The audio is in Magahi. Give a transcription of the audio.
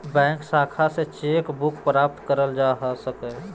बैंक शाखा से चेक बुक प्राप्त करल जा सको हय